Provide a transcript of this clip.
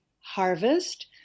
harvest